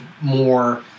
more